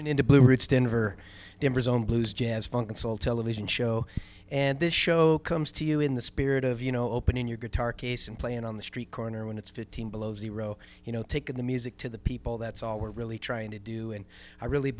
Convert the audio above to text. going into blue ridge stand for denver's own blues jazz funk and soul television show and this show comes to you in the spirit of you know opening your guitar case and playing on the street corner when it's fifteen below zero you know take the music to the people that's all we're really trying to do and i really